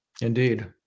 Indeed